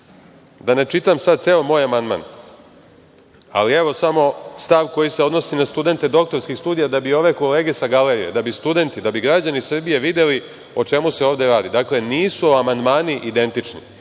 ne čitam sad ceo moj amandman, ali evo samo stav koji se odnosi na studente doktorskih studija da bi ove kolege sa galerije, da bi studenti, da bi građani Srbije videli o čemu se ovde radi. Nisu amandmani identični